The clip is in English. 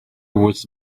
was